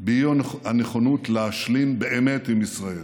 באי-נכונות להשלים באמת עם ישראל,